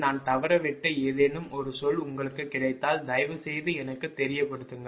நான் தவறவிட்ட ஏதேனும் ஒரு சொல் உங்களுக்கு கிடைத்தால் தயவுசெய்து எனக்குத் தெரியப்படுத்துங்கள்